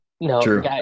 No